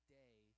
day